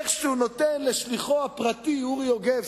איכשהו נותן לשליחו הפרטי אורי יוגב,